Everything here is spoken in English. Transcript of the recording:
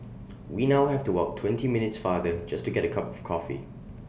we now have to walk twenty minutes farther just to get A cup of coffee